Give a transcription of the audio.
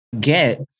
get